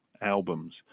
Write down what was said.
albums